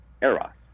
eros